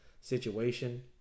situation